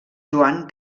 joan